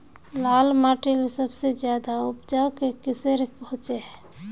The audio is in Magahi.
लाल माटित सबसे ज्यादा उपजाऊ किसेर होचए?